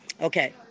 Okay